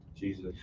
Jesus